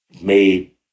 made